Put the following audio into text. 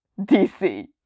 DC